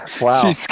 Wow